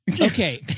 Okay